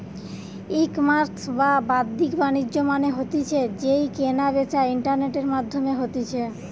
ecommerce বা বাদ্দিক বাণিজ্য মানে হতিছে যেই কেনা বেচা ইন্টারনেটের মাধ্যমে হতিছে